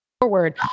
forward